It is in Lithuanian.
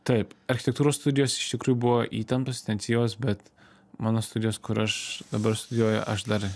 taip architektūros studijos iš tikrųjų buvo įtemptos intensyvios bet mano studijos kur aš dabar studijuoju aš dar